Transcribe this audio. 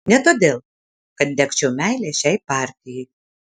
ne todėl kad degčiau meile šiai partijai